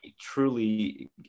truly